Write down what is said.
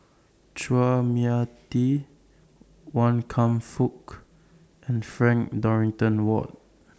Chua Mia Tee Wan Kam Fook and Frank Dorrington Ward